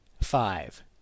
five